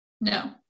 No